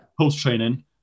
post-training